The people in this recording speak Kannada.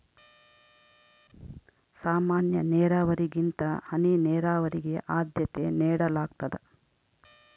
ಸಾಮಾನ್ಯ ನೇರಾವರಿಗಿಂತ ಹನಿ ನೇರಾವರಿಗೆ ಆದ್ಯತೆ ನೇಡಲಾಗ್ತದ